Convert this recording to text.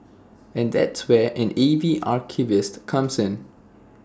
and that's where an A V archivist comes in